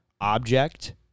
object